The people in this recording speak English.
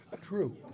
True